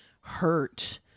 hurt